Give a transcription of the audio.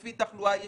לפי תחלואה יישובית,